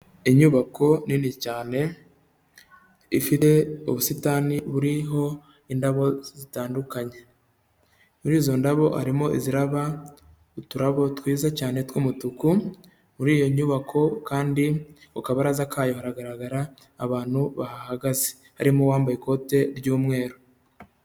Inyubako nini cyane, ifite ubusitani buriho indabo zitandukanye. Muri izo ndabo harimo iziraba uturabo twiza cyane tw'umutuku, muri iyo nyubako kandi ku kabaraza kayo, haragaragara abantu bahagaze. Harimo uwambaye ikote ry'umweru.